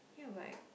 ya but